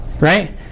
right